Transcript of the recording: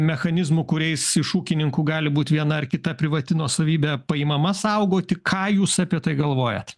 mechanizmų kuriais iš ūkininkų gali būt viena ar kita privati nuosavybė paimama saugoti ką jūs apie tai galvojat